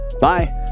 bye